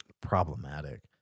problematic